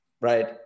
right